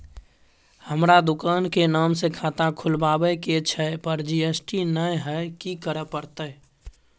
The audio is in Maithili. हमर दुकान के नाम से खाता खुलवाबै के छै पर जी.एस.टी नय हय कि करे परतै?